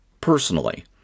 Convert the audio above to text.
personally